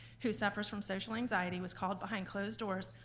who suffers from social anxiety was called behind closed doors,